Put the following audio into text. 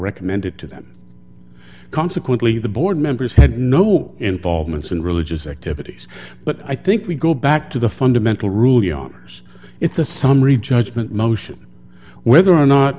recommended to them consequently the board members had no involvement in religious activities but i think we go back to the fundamental rule yawners it's a summary judgment motion whether